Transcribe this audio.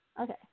Okay